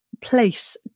place